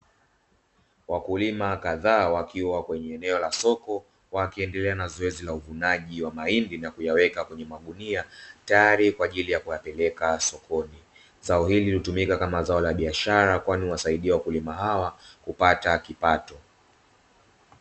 Wakulima kadhaa wakiwa katika eneo la soko, wakiendelea na zoezi la uvunaji wa mahindi na kuyaweka kwenye magunia tayari kwa ajili ya kupeleka sokoni. Zao hili hutumika kama zao la biashara, kwani huwasaidia wakulima hawa kupata kipato.